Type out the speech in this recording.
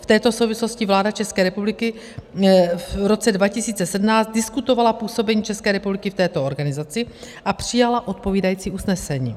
V této souvislosti vláda České republiky v roce 2017 diskutovala působení České republiky v této organizaci a přijala odpovídající usnesení.